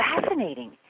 fascinating